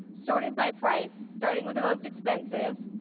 sorted by price, starting with the most expensive.